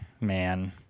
man